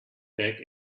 back